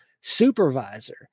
supervisor